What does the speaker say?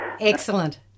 Excellent